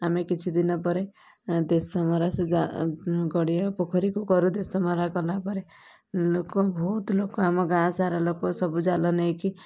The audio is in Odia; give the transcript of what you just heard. ଆମେ କିଛି ଦିନ ପରେ ଦେଶ ମରା ସେ ଯା ଗଡ଼ିଆ ପୋଖରୀକୁ କରୁ ଦେଶ ମରା କଲା ପରେ ଲୋକ ଭଉତ ଲୋକ ଆମ ଗାଁ ସାରା ଲୋକ ସବୁ ଜାଲ ନେଇକି